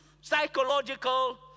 psychological